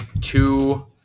two